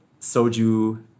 soju